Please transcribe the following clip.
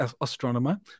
astronomer